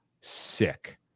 sick